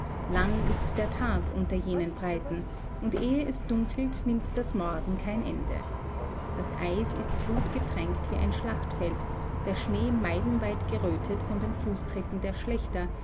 lang ist der tag unter jenen breiten und ehe es dunkelt nimmt das morden kein ende das eis ist blutgetränkt wie ein schlachtfeld der schnee meilenweit gerötet von den fußtritten der schlächter